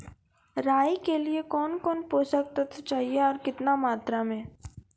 राई के लिए कौन कौन पोसक तत्व चाहिए आरु केतना मात्रा मे?